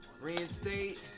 reinstate